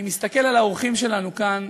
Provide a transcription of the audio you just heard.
אני מסתכל על האורחים שלנו כאן,